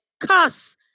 cuss